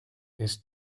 ist